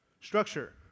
Structure